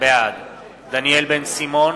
בעד דניאל בן-סימון,